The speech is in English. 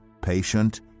patient